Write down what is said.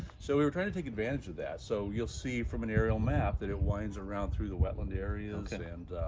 so we were trying to take advantage of that. so you'll see from an aerial map that it winds around through the wetland areas. and